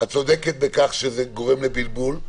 את צודקת בכך שזה גורם לבלבול,